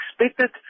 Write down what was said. expected